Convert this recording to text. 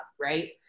right